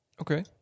Okay